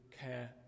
care